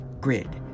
grid